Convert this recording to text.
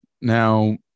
Now